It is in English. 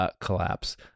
collapse